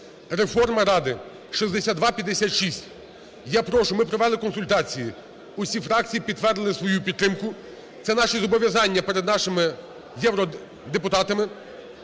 реформа Ради (6256). Я прошу, ми провели консультації, усі фракції підтвердили свою підтримку, це наші зобов'язання перед нашими євродепутатами.